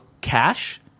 cash